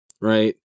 right